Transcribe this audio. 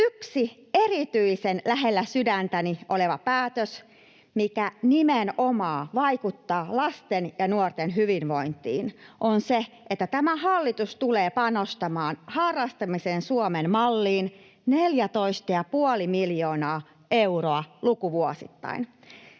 Yksi erityisen lähellä sydäntäni oleva päätös, mikä nimenomaan vaikuttaa lasten ja nuorten hyvinvointiin, on se, että tämä hallitus tulee panostamaan harrastamisen Suomen malliin 14,5 miljoonaa euroa lukuvuosittain.